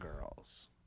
girls